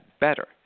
better